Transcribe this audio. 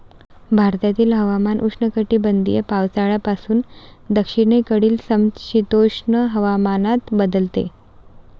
भारतातील हवामान उष्णकटिबंधीय पावसाळ्यापासून दक्षिणेकडील समशीतोष्ण हवामानात बदलते